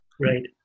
Right